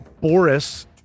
boris